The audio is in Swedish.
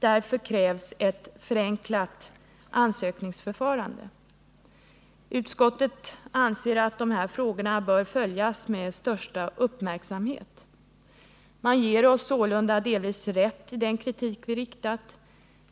Därför krävs ett förenklat ansökningsförfarande. Utskottet anser att dessa frågor bör följas med största uppmärksamhet. Man ger oss sålunda delvis rätt i den kritik vi framfört.